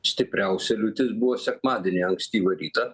stipriausia liūtis buvo sekmadienį ankstyvą rytą